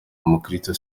umukristu